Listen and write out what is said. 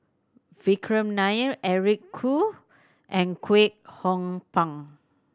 Vikram Nair Eric Khoo and Kwek Hong Png